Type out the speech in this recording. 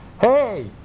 Hey